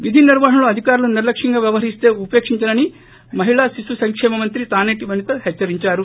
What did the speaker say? విధి నిర్వహణలో అధికారులు నిర్లక్ష్యంగా వ్యవహరిస్తే ఉపేక్షించనని మహిళా శిశు సంకేమ మంత్రి తానేటి వనిత హెచ్చరించారు